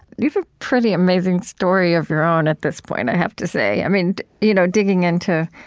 you have a pretty amazing story of your own at this point, i have to say. i mean, you know digging into